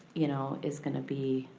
you know is gonna be,